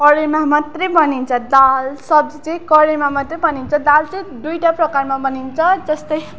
कराईमा मात्रै बनिन्छ दाल सब्जी चाहिँ कराईमा मात्रै बनिन्छ दाल चाहिँ दुइटा प्रकारमा बनिन्छ जस्तै